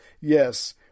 yes